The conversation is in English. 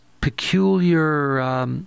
peculiar